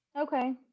Okay